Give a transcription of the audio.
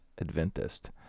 Adventist